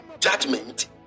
judgment